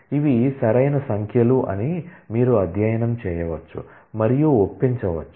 ఇవి సరైన సంఖ్యలు అని మీరు అధ్యయనం చేయవచ్చు మరియు ఒప్పించవచ్చు